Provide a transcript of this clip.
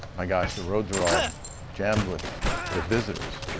gosh the roads were all jammed with with visitors.